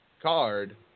card